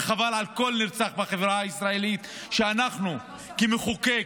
וחבל על כל נרצח בחברה הישראלית כשאנחנו כמחוקק